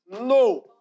No